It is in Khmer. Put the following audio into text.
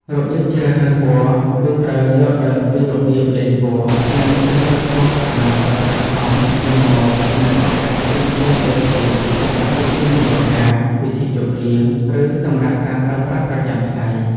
របៀបជ្រើសរើសពណ៌ គឺត្រូវយល់ដឹងពីរបៀបលេងពណ៌ និងជ្រើសរើសពណ៌ក្រណាត់ឱ្យស័ក្តិសមនឹងម៉ូដ និងឱកាសផ្សេងៗ ដូចជា សម្រាប់ពិធីមង្គលការ ពិធីជប់លៀង ឬសម្រាប់ការប្រើប្រាស់ប្រចាំថ្ងៃ។